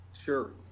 Sure